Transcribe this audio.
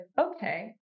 okay